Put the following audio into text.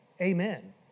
Amen